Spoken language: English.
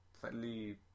slightly